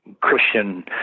Christian